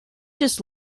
just